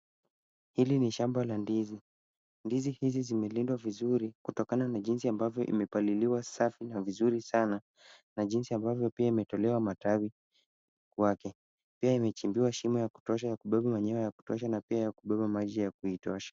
Hili ni shamba la ndizi, ndizi hizi zimelindwa vizuri kutokana na jinsi ambavyo imepalailiwa safi na vizuri sana, na jinsi ambavyo pia imetolewa matawi yake, pia imechimbiwa shimo ya kutosha ya kubeba manua ya kutosha na pia ya kubeba maji yakutosha.